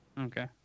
Okay